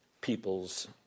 people's